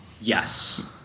Yes